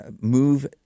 move